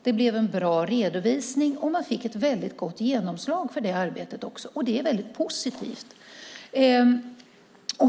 Det blev en bra redovisning. Man fick ett väldigt gott genomslag för det arbetet. Det är väldigt positivt.